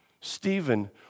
Stephen